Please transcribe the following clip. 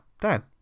Dan